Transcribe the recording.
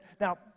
now